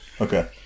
Okay